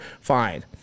fine